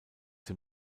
dem